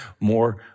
more